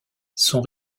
sont